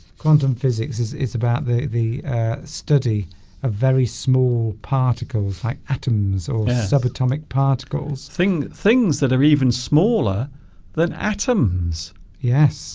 quantum physics is it's about the the study of very small particles like atoms or subatomic particles thing things that are even smaller than atoms yes